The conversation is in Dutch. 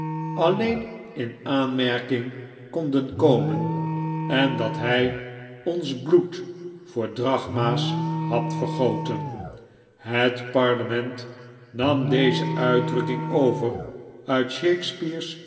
alleen in aanmerking konden komen en dat hy ons bloed voor drachma's had vergoten het parlement nam deze uitdrukking over uit shakespeare's